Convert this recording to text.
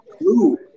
Blue